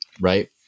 Right